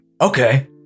Okay